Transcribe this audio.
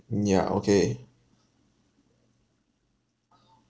mm ya okay